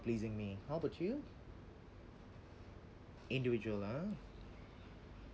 pleasing me how bout you individual ah